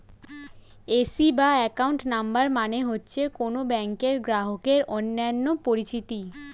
AC বা account number মানে হচ্ছে কোন ব্যাংকের গ্রাহকের অন্যান্য পরিচিতি